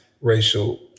racial